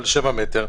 על 7 מטרים.